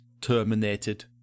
terminated